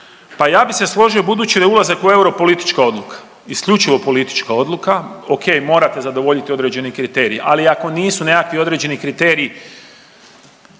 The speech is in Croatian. Pa ja bi se složio budući da ulazak u euro politička odluka, isključivo politička odluka. Ok morate zadovoljiti određene kriterije, ali ako nisu nekakvi određeni kriteriji,